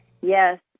Yes